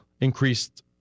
increased